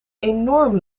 enorm